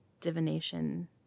divination